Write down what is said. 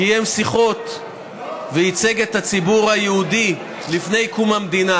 קיים שיחות וייצג את הציבור היהודי לפני קום המדינה,